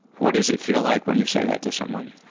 what does it feel like when you say that to someone?